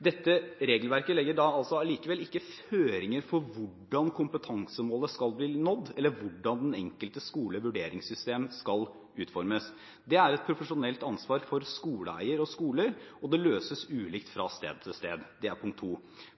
Dette regelverket legger altså likevel ikke føringer for hvordan kompetansemålet skal bli nådd, eller for hvordan den enkelte skoles vurderingssystem skal utformes. Det er et profesjonelt ansvar for skoleeier og skoler, og det løses ulikt fra sted til sted. Det er punkt to.